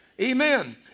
Amen